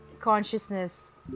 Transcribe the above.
consciousness